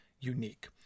unique